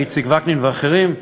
איציק וקנין ואחרים,